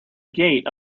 gate